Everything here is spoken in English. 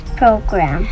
program